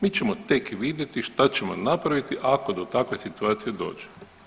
Mi ćemo tek vidjeti šta ćemo napraviti ako do takve situacije dođe.